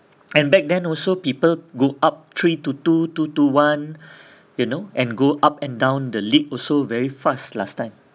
and back then also people go up three to two two to one you know and go up and down the league also very fast last time